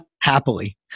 Happily